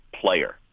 player